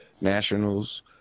Nationals